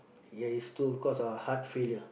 ya is too because of heart failure